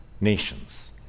nation's